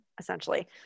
essentially